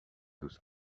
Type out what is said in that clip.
دوست